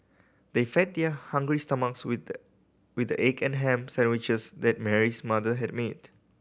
they fed their hungry stomachs with the with the egg and ham sandwiches that Mary's mother had made